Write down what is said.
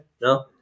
No